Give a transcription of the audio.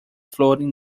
floating